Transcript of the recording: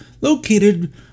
located